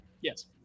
Yes